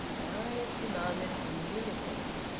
darius demanded inimically.